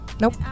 nope